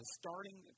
starting